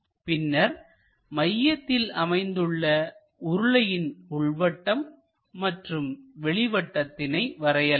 பின்னர் மையத்தில் அமைந்துள்ள உருளையின் உள்வட்டம் மற்றும் வெளி வட்டத்தினை வரையலாம்